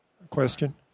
question